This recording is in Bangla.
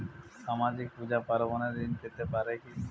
সামাজিক পূজা পার্বণে ঋণ পেতে পারে কি?